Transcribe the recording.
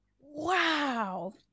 Wow